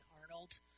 Arnold